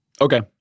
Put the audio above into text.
Okay